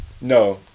No